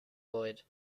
lloyd